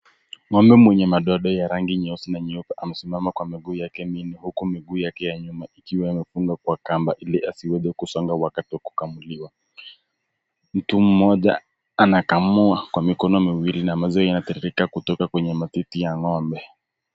Ng'ombe mwenye madoadoa ya rangi nyeusi na nyeupe amesimama kwa miguu yake minne, huku miguu yake ya nyuma ikiwa imefungwa kwa kamba ili asiweze kusonga wakati wa kukamuliwa. Mtu mmoja anakamua kwa mikono miwili na maziwa inatiririka kutoka kwenye matiti ya ng'ombe